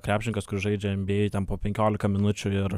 krepšininkas kuris žaidžia nba ten po penkiolika minučių ir